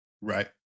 Right